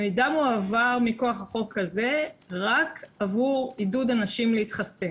מידע מועבר מכוח החוק הזה רק עבור עידוד אנשים להתחסן.